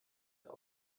der